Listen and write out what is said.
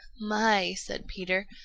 my, said peter,